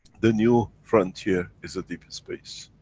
the new frontier is deep space.